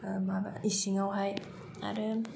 माबा इसिंआव हाय आरो